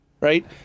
right